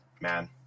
Man